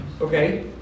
Okay